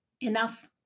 enough